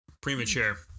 Premature